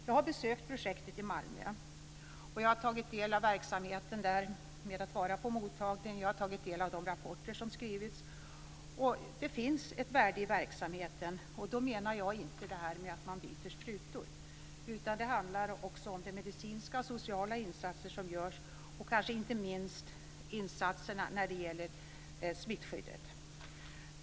Jag har besökt projektet i Malmö, jag har varit på mottagningen och jag har tagit del av de rapporter som skrivits om det. Det finns ett värde i verksamheten. Jag syftar då inte bara på byte av sprutor utan också på de medicinska och sociala insatser som görs, kanske inte minst de som gäller smittskyddet.